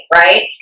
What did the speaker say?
right